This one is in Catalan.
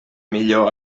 millor